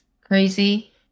crazy